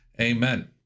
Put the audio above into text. amen